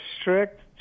strict